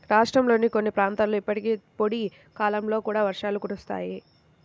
రాష్ట్రంలోని కొన్ని ప్రాంతాలలో ఇప్పటికీ పొడి కాలంలో కూడా వర్షాలు కురుస్తాయి